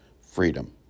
freedom